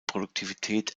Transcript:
produktivität